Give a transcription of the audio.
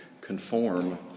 conform